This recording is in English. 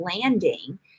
landing